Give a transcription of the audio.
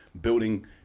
building